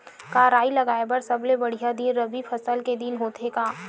का राई लगाय बर सबले बढ़िया दिन रबी फसल के दिन होथे का?